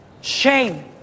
Shame